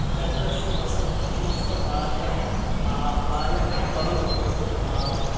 تتہِ پٮ۪ٹھ چھُ یہِ وسان اتھ منٛز چھِ پتہٕ واریاہ آب واریاہ کۄلن ہُنٛد کٲشر پٲٹھۍ آب رلان